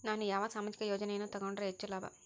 ನಾನು ಯಾವ ಸಾಮಾಜಿಕ ಯೋಜನೆಯನ್ನು ತಗೊಂಡರ ಹೆಚ್ಚು ಲಾಭ?